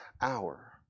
hour